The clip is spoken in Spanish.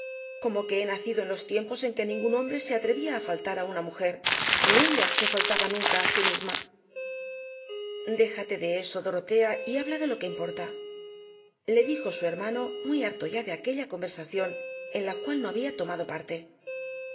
como que he nacido en los tiempos en que ningún hombre se atrevía á faltar á una mujer ni ella se faltaba nunca á sí misma déjate de eso dorotea y habla de lo que importa le dijo su hermano muy harto ya de aquella conversación en la cual no había tomado parte